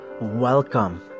Welcome